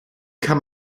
kann